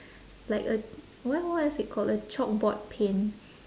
like a what what is it called a chalkboard paint